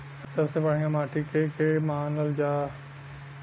सबसे बढ़िया माटी के के मानल जा?